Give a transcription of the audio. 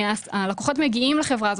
הלקוחות מגיעים לחברה הזאת,